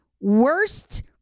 worst